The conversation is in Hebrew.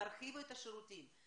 תרחיבו את השירותים,